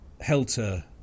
Helter